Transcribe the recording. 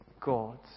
God